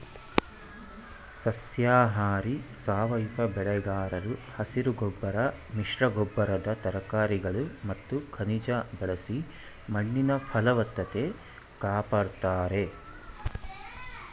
ಸಸ್ಯಾಹಾರಿ ಸಾವಯವ ಬೆಳೆಗಾರರು ಹಸಿರುಗೊಬ್ಬರ ಮಿಶ್ರಗೊಬ್ಬರದ ತರಕಾರಿಗಳು ಮತ್ತು ಖನಿಜ ಬಳಸಿ ಮಣ್ಣಿನ ಫಲವತ್ತತೆ ಕಾಪಡ್ತಾರೆ